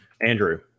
Andrew